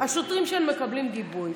השוטרים מקבלים גיבוי.